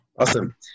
Awesome